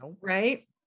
Right